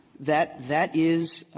that that is